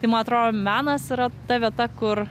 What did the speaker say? tai ma atro menas yra ta vieta kur